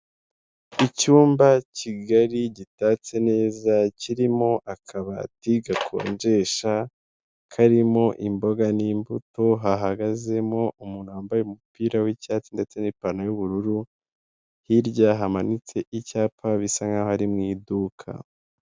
Icyumba kigali gitatse neza kirimo akabati gakonjesha, karimo imboga n'imbuto, hahagazemo umuntu wambaye umupira w'icyatsi ndetse n'ipantaro y'ubururu, hirya hamanitse icyapa bisa nkaho ari mu iduka.